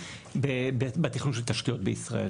בתכנון של תשתיות בישראל.